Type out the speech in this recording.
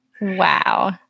Wow